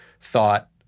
thought